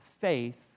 faith